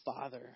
Father